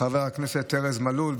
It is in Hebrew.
חבר הכנסת ארז מלול,